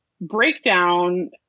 breakdown